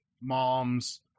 mom's